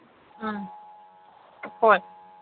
ꯎꯝ ꯍꯣꯏ